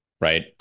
right